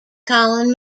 colin